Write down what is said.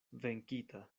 venkita